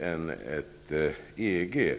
än EG.